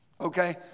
okay